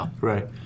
Right